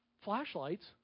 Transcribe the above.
flashlights